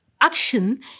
action